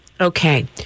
Okay